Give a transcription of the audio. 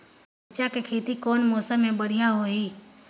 मिरचा के खेती कौन मौसम मे बढ़िया होही?